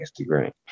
Instagram